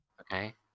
Okay